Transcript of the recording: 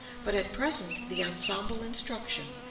but at present the ensemble instruction,